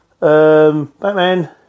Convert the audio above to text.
Batman